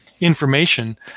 information